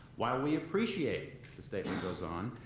while we appreciate, the statement goes on,